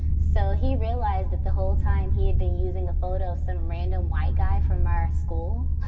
so he realized that the whole time he had been using the photo some random white guy from our school.